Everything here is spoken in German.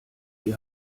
ihr